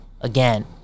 again